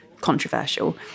controversial